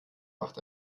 macht